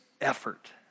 effort